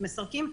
מסרקים,